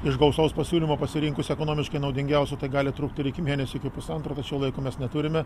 iš gausos pasiūlymų pasirinkus ekonomiškai naudingiausią tai gali trukt ir iki mėnesio iki pusantro tačiau laiko mes neturime